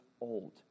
old